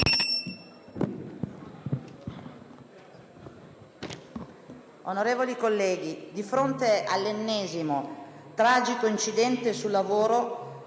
Onorevoli colleghi, di fronte all'ennesimo, tragico incidente sul lavoro,